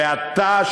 ואתה,